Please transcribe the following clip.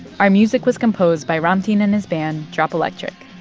our music was composed by ramtin and his band drop electric,